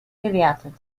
gewertet